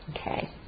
Okay